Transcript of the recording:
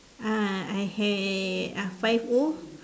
ah I had uh five O